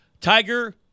Tiger